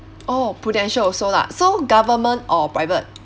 oh prudential also lah so government or private